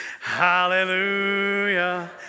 Hallelujah